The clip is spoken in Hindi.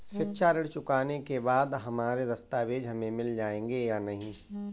शिक्षा ऋण चुकाने के बाद हमारे दस्तावेज हमें मिल जाएंगे या नहीं?